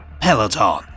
Peloton